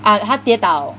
ah 她跌倒